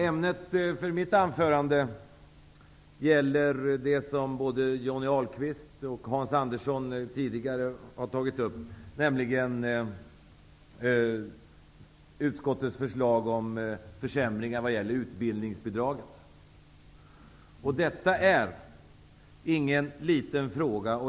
Ämnet för mitt anförande gäller något som både Johnny Ahlqvist och Hans Andersson tidigare tagit upp, nämligen utskottets förslag om försämringar i utbildningsbidraget. Detta är ingen liten fråga.